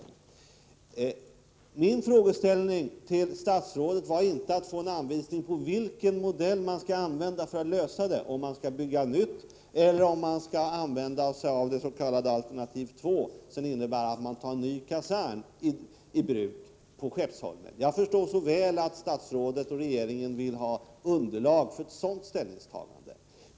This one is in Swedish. Med min fråga till statsrådet har jag inte avsett att få en anvisning på vilken modell man skall använda för att lösa problemen — om man skall bygga nytt eller om man skall använda sig av det s.k. alternativ 2, som innebär att man tar i bruk en ny kasern på Skeppsholmen. Jag förstår så väl att statsrådet och regeringen vill ha underlag för ett sådant ställningstagande.